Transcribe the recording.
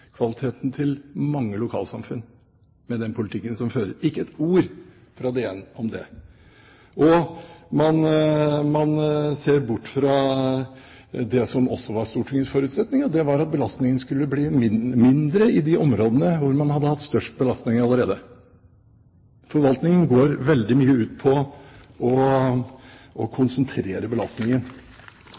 til mange lokalsamfunn med den politikken som føres. Ikke et ord fra DN om det. Og man ser bort fra det som også var Stortingets forutsetning, og det var at belastningen skulle bli mindre i de områdene hvor man hadde hatt størst belastning allerede. Forvaltingen går veldig mye ut på å konsentrere belastningen.